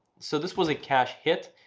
so this was a cache hit,